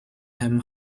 him